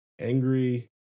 angry